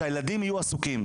שהילדים יהיו עסוקים,